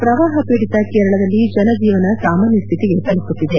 head ಪ್ರವಾಹ ಪೀಡಿತ ಕೇರಳದಲ್ಲಿ ಜನಜೀವನ ಸಾಮಾನ್ಯ ಸ್ಥಿತಿಗೆ ತಲುಪುತ್ತಿದೆ